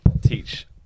teach